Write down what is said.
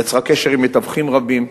יצרה קשר עם מתווכים רבים,